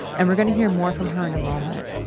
and we're going to hear more from her in a moment.